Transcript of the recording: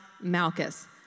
Malchus